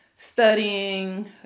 studying